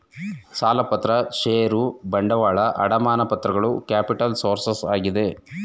ಸಾಲಪತ್ರ ಷೇರು ಬಂಡವಾಳ, ಅಡಮಾನ ಪತ್ರಗಳು ಕ್ಯಾಪಿಟಲ್ಸ್ ಸೋರ್ಸಸ್ ಆಗಿದೆ